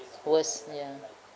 worst ya